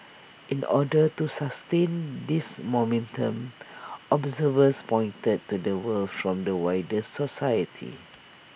in order to sustain this momentum observers pointed to the support from the wider society